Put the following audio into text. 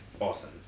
Awesome